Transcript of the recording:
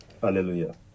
Hallelujah